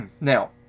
Now